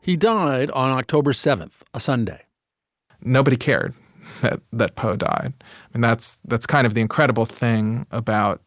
he died on october seventh a sunday nobody cared that poe died and that's that's kind of the incredible thing about